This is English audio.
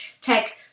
tech